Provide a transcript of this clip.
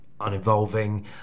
uninvolving